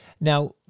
Now